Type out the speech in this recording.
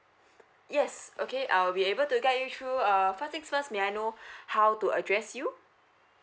yes okay I'll be able to guide you through uh first thing first may I know how to address you